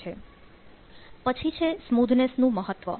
પછી છે સ્મૂધનેસ નું મહત્વ